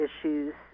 issues